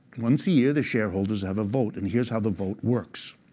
once a year, the shareholders have a vote. and here's how the vote works.